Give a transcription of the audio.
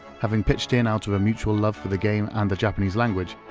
having pitched in out of a mutual love for the game and the japanese language,